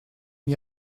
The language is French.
m’y